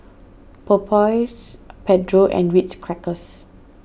Popeyes Pedro and Ritz Crackers